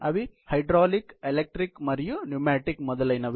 అవి hydraulic electric మరియు pneumatic మొదలైనవి